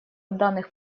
данных